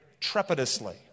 trepidously